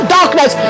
darkness